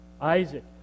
Isaac